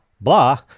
blah